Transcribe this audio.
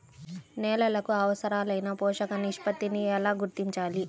నేలలకు అవసరాలైన పోషక నిష్పత్తిని ఎలా గుర్తించాలి?